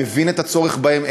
אני מבין את הצורך בהם,